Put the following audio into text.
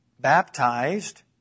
baptized